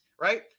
Right